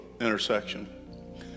intersection